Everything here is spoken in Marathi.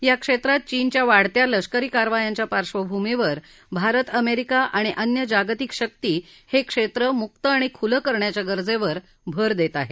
या क्षेत्रात चीनच्या वाढत्या लष्करी कारवायांच्या पार्शंभूमीवर भारत अमेरिका आणि अन्य जागतिक शक्ती हे क्षेत्र मुक आणि खुलं करण्याच्या गरजेवर भर देत आहेत